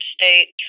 state